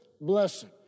blessing